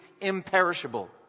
imperishable